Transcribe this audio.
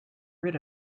rid